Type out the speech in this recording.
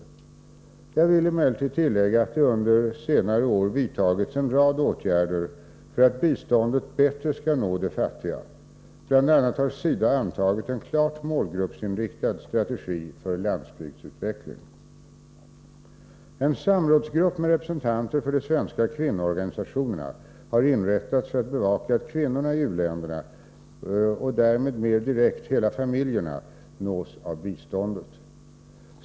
Jag vill emellertid tillägga att det under senare år vidtagits en rad åtgärder för att biståndet bättre skall nå de fattiga. Bl.a. har SIDA antagit en klart målgruppsinriktad strategi för landsbygdsutveckling. En samrådsgrupp med representanter för de svenska kvinnoorganisationerna har inrättats för att bevaka att kvinnorna i u-länderna och därmed mer direkt hela familjerna nås av biståndet.